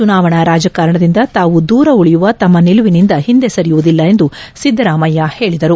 ಚುನಾವಣಾ ರಾಜಕಾರಣದಿಂದ ತಾವು ದೂರ ಉಳಿಯುವ ತಮ್ಮ ನಿಲುವಿನಿಂದ ಹಿಂದೆ ಸರಿಯುವುದಿಲ್ಲ ಎಂದು ಸಿದ್ಗರಾಮಯ್ನ ಹೇಳಿದರು